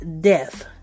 death